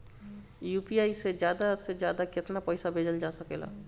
UPI से ज्यादा से ज्यादा केतना पईसा भेजल जा सकेला?